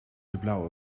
blauwe